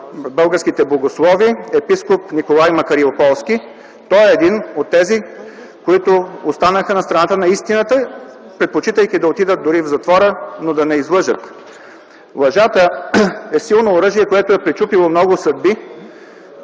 българските богослови – епископ Николай Макариополски. Той е един от тези, които останаха на страната на истината, предпочитайки да отидат дори в затвора, но да не излъжат. Лъжата е силно оръжие, което е пречупило много съдби,